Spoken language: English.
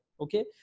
Okay